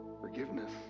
forgiveness